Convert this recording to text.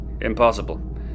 impossible